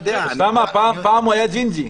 -- אני יודע מה העמדה שלכם,